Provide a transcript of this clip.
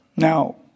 Now